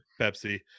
pepsi